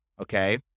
Okay